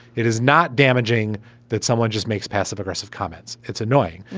it is not damaging that someone just makes passive aggressive comments. it's annoying.